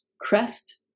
crest